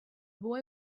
boy